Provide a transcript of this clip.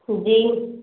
جی